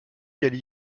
qu’elle